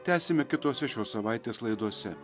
tęsime kitose šios savaitės laidose